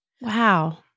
Wow